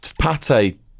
pate